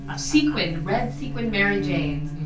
ah sequined, red sequined mary janes,